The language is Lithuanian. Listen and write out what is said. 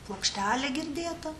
plokštelė girdėta